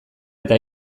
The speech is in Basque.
eta